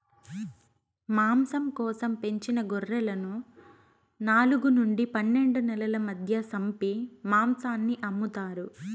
మాంసం కోసం పెంచిన గొర్రెలను నాలుగు నుండి పన్నెండు నెలల మధ్య సంపి మాంసాన్ని అమ్ముతారు